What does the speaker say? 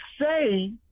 say